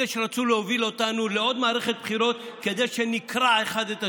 אלה שרצו להוביל אותנו לעוד מערכת בחירות כדי שנקרע אחד את השני,